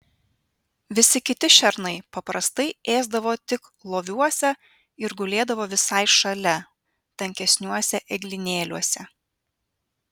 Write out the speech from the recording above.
visi kiti šernai paprastai ėsdavo tik loviuose ir gulėdavo visai šalia tankesniuose eglynėliuose